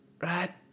right